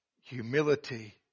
Humility